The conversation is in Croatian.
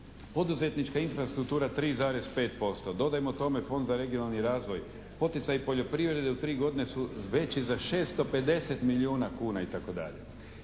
poduzetnička infrastruktura 3,5%. Dodajmo tome Fond za regionalni razvoj, poticaji poljoprivrede u tri godine su veći za 650 milijuna kuna itd.